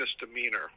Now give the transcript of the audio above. misdemeanor